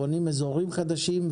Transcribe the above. בונים אזורים חדשים,